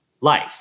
life